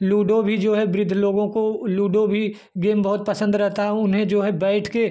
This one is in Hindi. लूडो भी जो है वृद्ध लोगों को लूडो भी गेम बहुत पसंद रहता है उन्हें जो है बैठकर